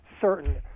certain